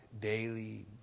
Daily